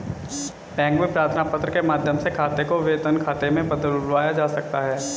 bank में प्रार्थना पत्र के माध्यम से खाते को वेतन खाते में बदलवाया जा सकता है